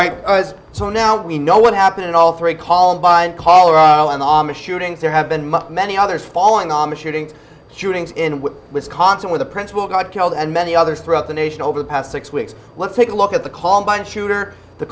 right so now we know what happened in all three call by and colorado and shootings there have been many others following the shootings shootings in wisconsin where the principal got killed and many others throughout the nation over the past six weeks let's take a look at the columbine shooter the